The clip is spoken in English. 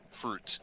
fruits